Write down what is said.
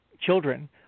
children